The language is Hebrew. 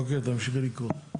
אוקיי, תמשיכי לקרוא.